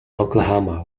oklahoma